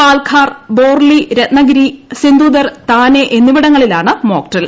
Palghar Borli Ratnagiri Sindhudurg Thane എന്നിവിടങ്ങളിലാണ് mock drill